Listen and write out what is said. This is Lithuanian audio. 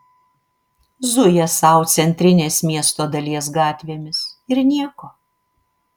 zuja sau centrinės miesto dalies gatvėmis ir nieko